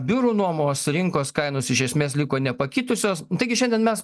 biurų nuomos rinkos kainos iš esmės liko nepakitusios taigi šiandien mes